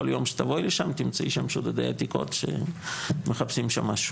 כל יום שתגיעי לשם תמצאי שם שודדי עתיקות שמחפשים שם משהו.